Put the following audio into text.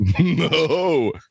No